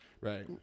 Right